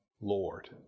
Lord